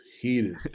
heated